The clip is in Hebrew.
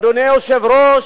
אדוני היושב-ראש,